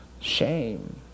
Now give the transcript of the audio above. shame